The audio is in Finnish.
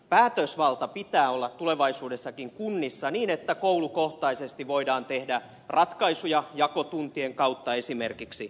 päätösvalta pitää olla tulevaisuudessakin kunnissa niin että koulukohtaisesti voidaan tehdä ratkaisuja jakotuntien kautta esimerkiksi